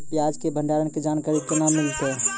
प्याज के भंडारण के जानकारी केना मिलतै?